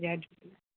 जय झूले